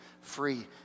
free